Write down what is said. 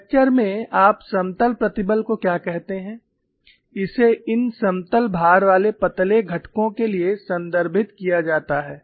fracture में आप समतल प्रतिबल को क्या कहते हैं इसे इन समतल भार वाले पतले घटकों के लिए संदर्भित किया जाता है